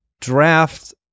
draft